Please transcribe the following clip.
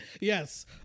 Yes